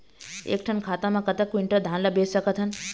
एक ठन खाता मा कतक क्विंटल धान ला बेच सकथन?